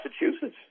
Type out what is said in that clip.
Massachusetts